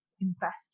invest